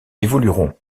évolueront